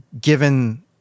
given